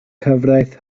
cyfraith